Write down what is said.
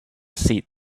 seat